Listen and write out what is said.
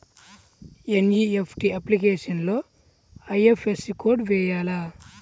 NEFT అప్లికేషన్లో IFSC code వేయాలా?